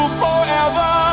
forever